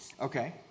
Okay